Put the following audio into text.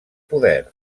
poder